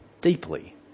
deeply